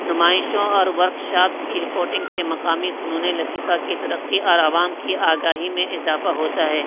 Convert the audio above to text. نمائشوں اور workshops کی رپوٹنگ سے مقامی فنونِ لطیفہ کی ترقی اور عوام کی آگاہی میں اضافہ ہوتا ہے